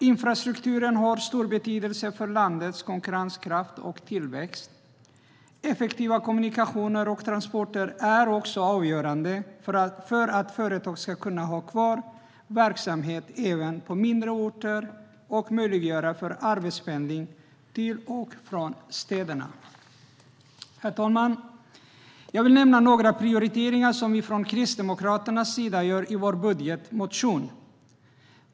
Infrastrukturen har stor betydelse för landets konkurrenskraft och tillväxt. Effektiva kommunikationer och transporter är också avgörande för att företag ska kunna ha kvar verksamhet även på mindre orter och för att möjliggöra för arbetspendling till och från städerna. Herr talman! Jag vill nämna några prioriteringar som vi från Kristdemokraternas sida gör i vår budgetmotion.